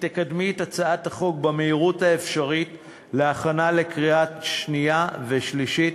שתקדמי את הצעת החוק במהירות האפשרית להכנה לקריאה שנייה ושלישית.